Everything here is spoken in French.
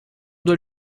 doit